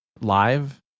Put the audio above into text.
live